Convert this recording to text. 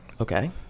Okay